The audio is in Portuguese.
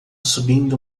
subindo